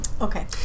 Okay